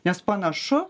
nes panašu